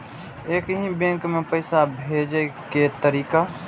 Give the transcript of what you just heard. एक ही बैंक मे पैसा भेजे के तरीका?